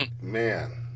man